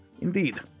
Indeed